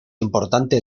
importante